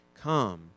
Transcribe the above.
come